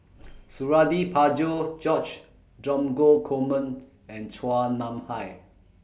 Suradi Parjo George Dromgold Coleman and Chua Nam Hai